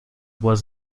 was